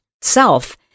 self